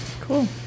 Cool